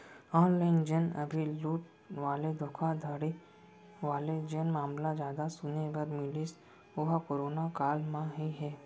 online जेन अभी लूट वाले धोखाघड़ी वाले जेन मामला जादा सुने बर मिलिस ओहा करोना काल म ही हे